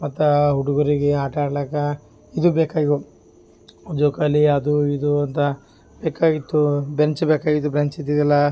ಮತ್ತು ಹುಡುಗರಿಗೆ ಆಟ ಆಡ್ಲಕ್ಕೆ ಇದು ಬೇಕು ಇದು ಜೋಕಾಲಿ ಅದು ಇದು ಅಂತ ಬೇಕಾಗಿತ್ತು ಬೆಂಚ್ ಬೇಕು ಇದು ಬೆಂಚ್ ಇದೆಯಲ್ಲ